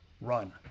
run